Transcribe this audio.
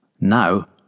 Now